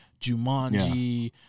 Jumanji